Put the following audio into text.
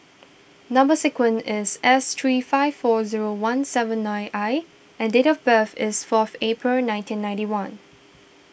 Number Sequence is S three five four zero one seven nine I and date of birth is fourth April nineteen ninety one